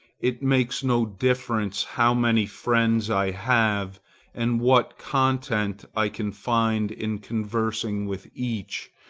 it makes no difference how many friends i have and what content i can find in conversing with each,